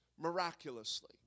miraculously